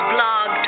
Blog